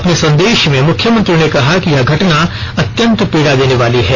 अपने संदेष में मुख्यमंत्री ने कहा कि यह घटना अत्यंत पीड़ा देने वाली है